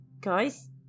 guys